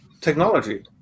technology